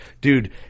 dude –